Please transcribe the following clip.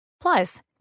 Plus